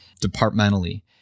departmentally